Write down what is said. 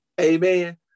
Amen